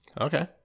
okay